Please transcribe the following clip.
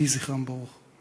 יהי זכרם ברוך.